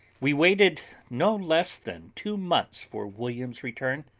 we waited no less than two months for william's return,